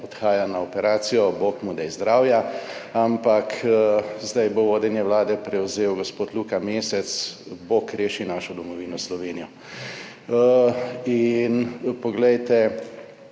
odhaja na operacijo, bog mu daj zdravja, ampak zdaj bo vodenje Vlade prevzel gospod Luka Mesec. Bog reši našo domovino Slovenijo! In poglejte,